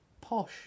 posh